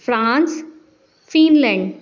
France Finland